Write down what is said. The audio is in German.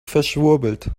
verschwurbelt